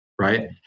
right